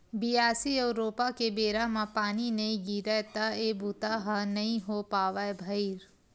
बियासी अउ रोपा के बेरा म पानी नइ गिरय त ए बूता ह नइ हो पावय भइर